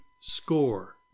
score